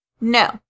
No